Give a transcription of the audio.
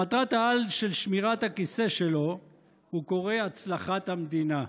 למטרת-העל של שמירת הכיסא שלו הוא קורא "הצלחת המדינה".